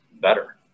better